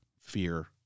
fear